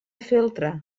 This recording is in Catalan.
feltre